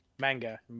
manga